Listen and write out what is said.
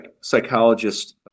psychologist